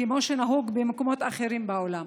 כמו שנהוג במקומות אחרים בעולם.